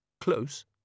Close